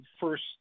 First